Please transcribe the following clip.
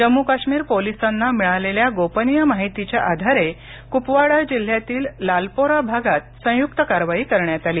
जम्मू काश्मीर पोलिसांना मिळालेल्या गोपनीय माहितीच्या आधारे कुपवाडा जिल्ह्यातील लालपोरा भागात संयुक्त कारवाई करण्यात आली